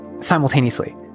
simultaneously